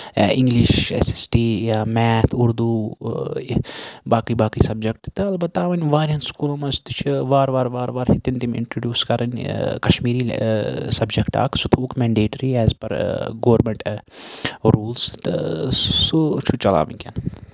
یا English S S T یا math Urdu باقٕے باقٕے سَبجکٹ تہٕ اَلبتہ وۄنۍ واریاہن سکوٗلن منٛز تہِ چھِ وارٕ وارٕ وارٕ وارٕ ہٮ۪تِنۍ تِم اِنٹڈوٗس کَرٕنۍ کَشمیٖری سَبجکٹ اکھ سُہ تھووُکھ mandatory as per government rules تہٕ سُہ چھُ چلان وٕنکیٚن